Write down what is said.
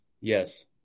Yes